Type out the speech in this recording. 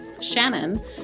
Shannon